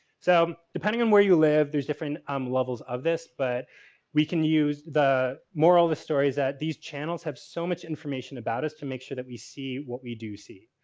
so, depending on where you live there's different um levels of this. but we can use the moral of the storie's that these channels have so much information about us to make sure that we see what we do see.